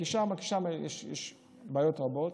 כי שם יש בעיות רבות.